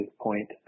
point